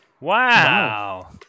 Wow